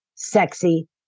sexy